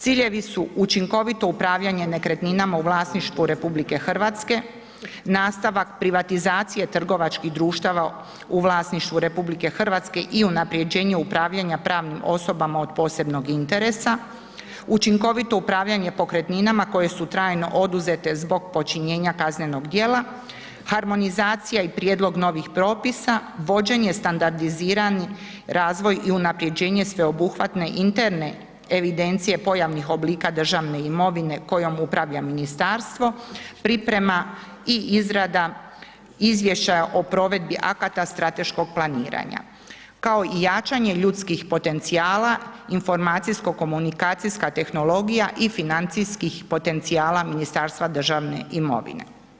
Ciljevi su učinkovito upravljanje nekretninama u vlasništvu RH, nastavak privatizacije trgovačkih društava u vlasništvu RH i unaprjeđenju upravljanja pravnim osobama od posebnog interesa, učinkovito upravljanje pokretninama koje su trajno oduzete zbog počinjenja kaznenog djela, harmonizacija i prijedlog novih propisa, vođenje, standardizirani razvoj i unaprjeđenje sveobuhvatne interne evidencije pojavnih oblika državne imovine kojom upravlja ministarstvo, priprema i izrada izvješćaja o provedbi akata strateškog planiranja, kao i jačanje ljudskih potencijala, informacijsko komunikacijska tehnologija i financijskih potencijala Ministarstva državne imovine.